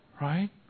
Right